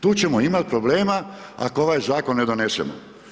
Tu ćemo imati problema ako ovaj zakon ne donesemo.